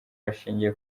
bishingiye